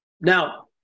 Now